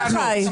2 בעד, 9 נגד, 2